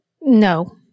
no